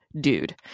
dude